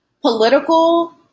political